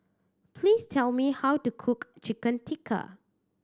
please tell me how to cook Chicken Tikka